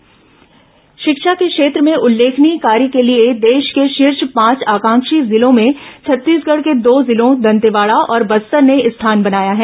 आकांक्षी जिला delta ranking शिक्षा के क्षेत्र में उल्लेखनीय कार्य के लिए देश के शीर्ष पांच आकांक्षी जिलों में छत्तीसगढ़ के दो जिलों दंतेवाडा और बस्तर ने स्थान बनाया है